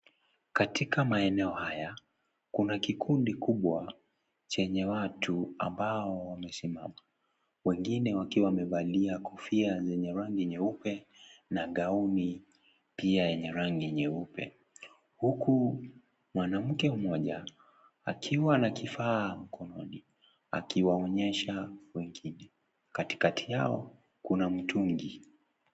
Katika maeneo haya, kuna kikundi kubwa chenye watu ambao wamesimama, wengine wakiwa wamevalia kofia zenye rangi nyeupe gauni pia yenye rangi nyeupe, huku mwanamke mmoja akiwa na kifaa mkononi akiwaonyesha wengine, katikati yao kuna mtungi.